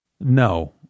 No